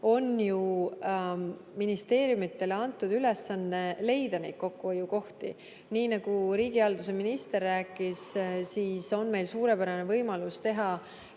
on ju ministeeriumidele antud ülesanne leida kokkuhoiukohti. Nii nagu riigihalduse minister rääkis, on meil suurepärane võimalus teha